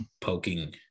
poking